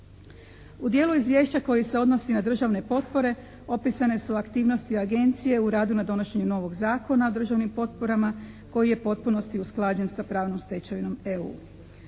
U dijelu izvješća koji se odnosi na državne potpore opisane su aktivnosti agencije u radu na donošenju novog Zakona o državnim potporama koji je u potpunosti usklađen sa pravnom stečevinom EU.